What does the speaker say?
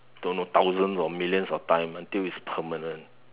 don't know thousand or millions of times until it's permanent